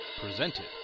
presented